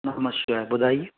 ओम नमः शिवाय ॿुधाए